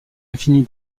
infinie